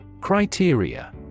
Criteria